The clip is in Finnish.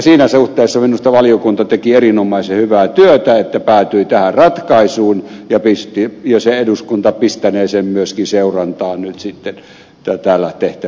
siinä suhteessa valiokunta teki minusta erinomaisen hyvää työtä että se päätyi tähän ratkaisuun ja eduskunta pistänee sen nyt sitten myöskin seurantaan täällä tehtävällä päätöksellä